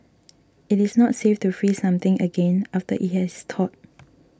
it is not safe to freeze something again after it has thawed